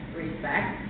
respect